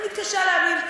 אני מתקשה להאמין.